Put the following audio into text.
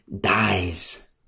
dies